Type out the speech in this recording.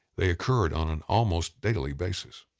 they occurred on an almost daily basis.